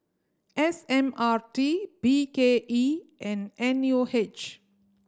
S M R T B K E and N U H